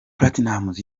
platnumz